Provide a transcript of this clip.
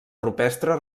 rupestre